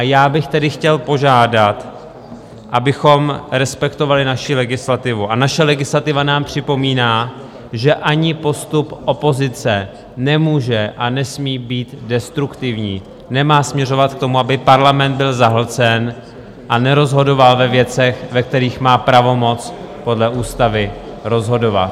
Já bych tedy chtěl požádat, abychom respektovali naši legislativu, a naše legislativa nám připomíná, že ani postup opozice nemůže a nesmí být destruktivní, nemá směřovat k tomu, aby parlament byl zahlcen a nerozhodoval ve věcech, ve kterých má pravomoc podle ústavy rozhodovat.